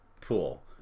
pool